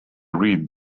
read